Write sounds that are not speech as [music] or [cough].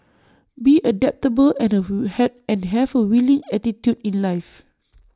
be adaptable and [unintelligible] and have A willing attitude in life